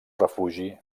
refugi